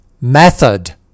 method